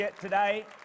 today